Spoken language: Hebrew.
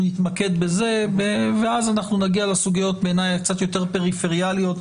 אנחנו נתמקד בזה ואז נגיע לסוגיות שבעיניי הן קצת יותר פריפריאליות,